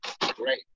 Great